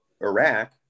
Iraq